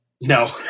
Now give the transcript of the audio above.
No